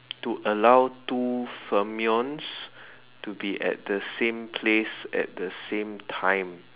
to allow two pheromones to be at the same place at the same time